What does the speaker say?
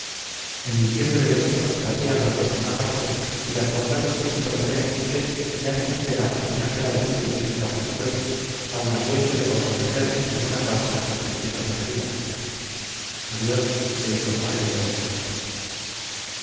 en diciembre del traté a los dos bonaparte y las bondades que encontré en josé me hacen esperar que no será inútil este paso que doy aun a riesgo de comprometerme con una causa que considero perdida adiós te informaré de todo